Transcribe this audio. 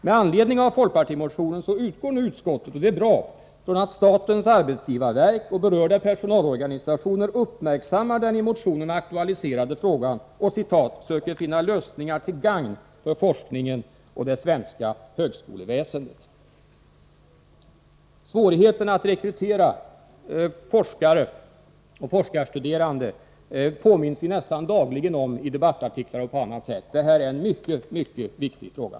Med anledning av folkpartimotionen utgår utskottet från, och det är bra, att statens arbetsgivarverk och berörda personalorganisationer uppmärksammar den i motionen aktualiserade frågan och ”söker finna lösningar till gagn för forskningen och det svenska högskoleväsendet”. Svårigheten att rekrytera forskare och forskarstuderande påminns vi nästan dagligen om i debattartiklar och på annat sätt. Det här är en mycket mycket viktig fråga.